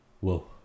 whoa